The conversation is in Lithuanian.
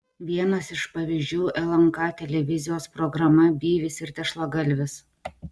vienas iš pavyzdžių lnk televizijos programa byvis ir tešlagalvis